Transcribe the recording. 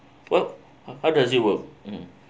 !wow! how does it work mm